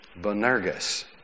Bonergus